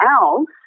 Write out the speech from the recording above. else